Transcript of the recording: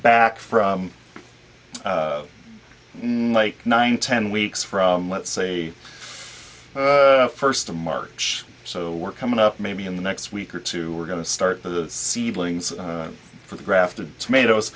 back from night nine ten weeks from let's say first of march so we're coming up maybe in the next week or two we're going to start the seedlings for the grafted tomatoes